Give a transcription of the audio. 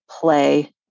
play